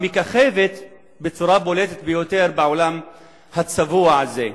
מככבת בצורה בולטת ביותר בעולם הצבוע הזה.